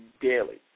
daily